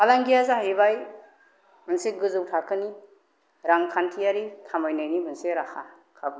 फालांगिया जाहैबाय मोनसे गोजौ थाखोनि रांखान्थियारि खामायनायनि मोनसे राहा खाबु